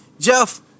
Jeff